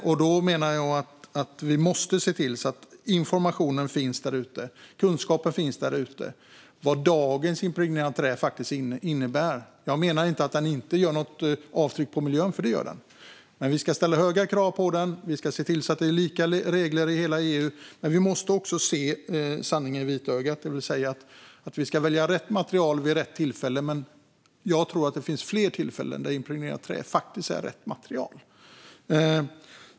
Därför menar jag att vi måste se till att informationen och kunskapen om vad dagens impregnerade trä faktiskt innebär finns där ute. Jag menar inte att det inte gör något avtryck på miljön, för det gör det. Vi ska ställa höga krav på det, och vi ska se till att det är likadana regler i hela EU. Men vi måste även se sanningen i vitögat, det vill säga välja rätt material vid rätt tillfälle - och jag tror att det finns fler tillfällen där impregnerat trä faktiskt är rätt material.